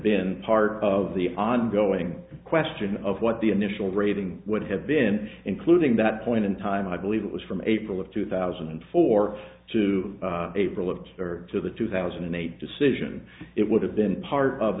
been part of the ongoing question of what the initial rating would have been including that point in time i believe it was from april of two thousand and four to april of two to the two thousand and eight decision it would have been part of